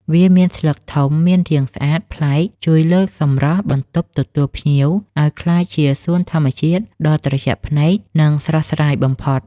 វាមានស្លឹកធំមានរាងស្អាតប្លែកជួយលើកសម្រស់បន្ទប់ទទួលភ្ញៀវឱ្យក្លាយជាសួនធម្មជាតិដ៏ត្រជាក់ភ្នែក និង ស្រស់ស្រាយបំផុត។